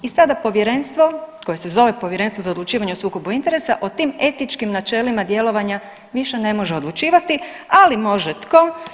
I sada povjerenstvo koje se zove Povjerenstvo za odlučivanje o sukobu interesa o tim etičkim načelima djelovanja više ne može odlučivati, ali može tko?